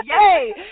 Yay